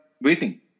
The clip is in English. waiting